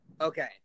Okay